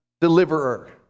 deliverer